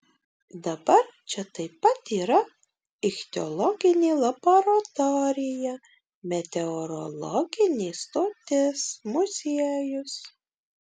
dabar čia taip pat yra ichtiologinė laboratorija meteorologinė stotis muziejus